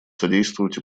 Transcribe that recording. содействовать